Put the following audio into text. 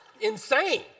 insane